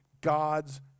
God's